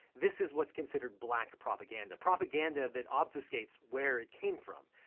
this is what's considered black propaganda, propaganda that obfuscates where it came from.